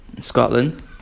Scotland